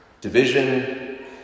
division